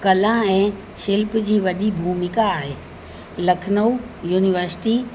कला ऐं शिल्प जी वॾी भूमिका आहे लखनऊ यूनिवर्सिटी